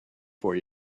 for